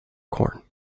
corn